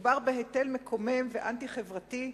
מדובר בהיטל מקומם ואנטי-חברתי,